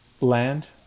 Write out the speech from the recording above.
Land